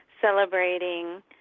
celebrating